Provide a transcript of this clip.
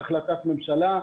כבר יש החלטת ממשלה.